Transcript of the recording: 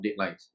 deadlines